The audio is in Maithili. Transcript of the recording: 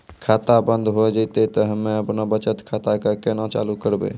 खाता बंद हो जैतै तऽ हम्मे आपनौ बचत खाता कऽ केना चालू करवै?